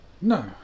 No